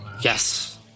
Yes